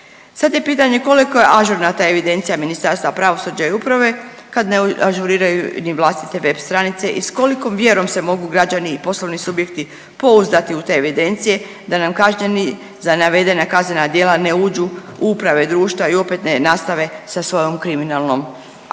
Sad je pitanje koliko je ažurna ta evidencija Ministarstva pravosuđa i uprave kad ne ažuriraju ni vlastite web stranice i s kolikom vjerom se mogu građani i poslovni subjekti pouzdati u te evidencije da nam kažnjeni za navedena kaznena djela ne uđu u uprave društva i opet ne nastave sa svojom kriminalnom aktivnošću.